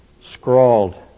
scrawled